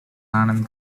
anand